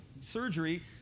surgery